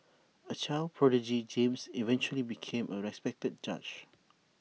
A child prodigy James eventually became A respected judge